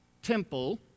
temple